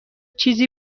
چیزی